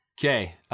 Okay